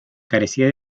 carecía